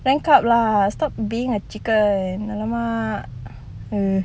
rank up lah stop being a chicken !alamak! err